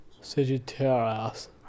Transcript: Sagittarius